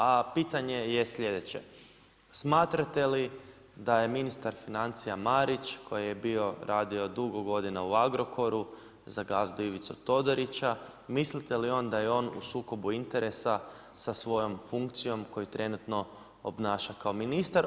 A pitanje je sljedeće, smatrate li da je ministar financija Marić, koji je bio radio dugo godina u Agrokoru, za gazdu Ivicu Todorića, mislite li da je on u sukobu interesa sa svojom funkcijom koju trenutno obnaša kao ministar.